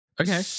Okay